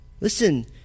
Listen